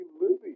movies